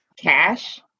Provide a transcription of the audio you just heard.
cash